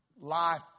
life